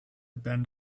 bend